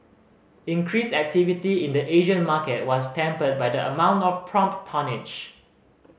increased activity in the Asian market was tempered by the amount of prompt tonnage